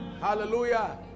hallelujah